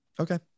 Okay